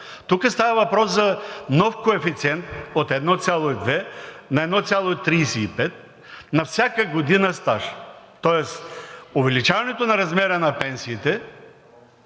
Тук става въпрос за нов коефициент от 1,2 на 1,35 на всяка година стаж, тоест увеличаването на размера на пенсиите